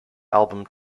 album